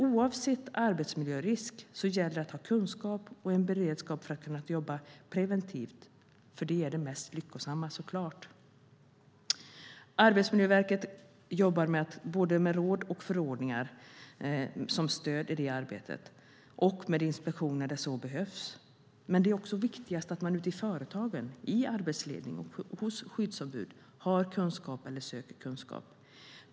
Oavsett arbetsmiljörisk gäller det att ha kunskap och beredskap för att kunna jobba preventivt, för det är det mest lyckosamma såklart. Arbetsmiljöverket jobbar både med råd och förordningar som stöd i det arbetet och med inspektioner där så behövs. Men viktigast är att man ute i företagen, i arbetsledning och hos skyddsombud, har kunskap eller söker kunskap.